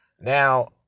Now